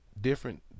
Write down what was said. different